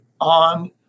on